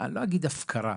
אני לא אגיד הפקרה,